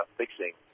fixing